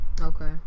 Okay